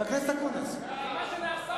מה שנעשה,